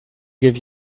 give